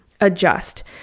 adjust